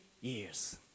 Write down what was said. years